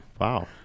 Wow